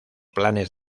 planes